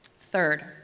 Third